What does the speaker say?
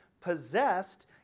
possessed